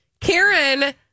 Karen